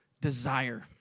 desire